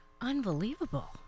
Unbelievable